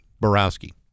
Borowski